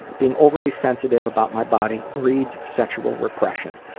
being overly sensitive about my body breeds sexual repression.